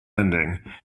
ending